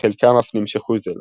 וחלקם אף נמשכו זה לזה.